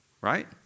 Right